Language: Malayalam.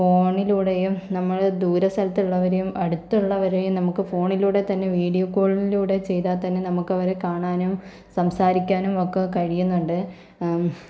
ഫോണിലൂടെയും നമ്മള് ദൂര സ്ഥലത്ത് ഉള്ളവരെയും അടുത്തുള്ള വരെയും നമുക്ക് ഫോണിലൂടെ തന്നെ വീഡിയോ കോളിലൂടെ ചെയ്താൽ തന്നെ നമുക്കവരെ കാണാനും സംസാരിക്കാനും ഒക്കെ കഴിയുന്നുണ്ട്